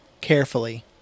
Carefully